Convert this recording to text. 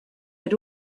had